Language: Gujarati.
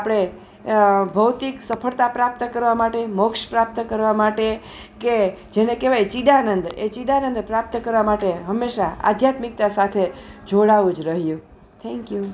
આપણે ભૌતિક સફળતા પ્રાપ્ત કરવા માટે મોક્ષ પ્રાપ્ત કરવા માટે કે જેને કહેવાય ચિદાનંદ એ ચિદાનંદ પ્રાપ્ત કરવા માટે હંમેશા આધ્યાત્મિકતા સાથે જોડાવું જ રહ્યું થેન્ક્યુ